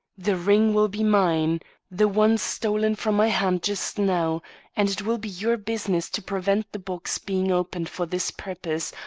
the ring will be mine the one stolen from my hand just now and it will be your business to prevent the box being opened for this purpose,